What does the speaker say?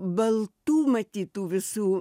baltų matyt tų visų